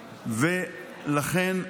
לכן,